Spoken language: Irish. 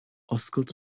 oscailt